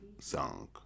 song